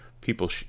people